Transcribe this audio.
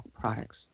products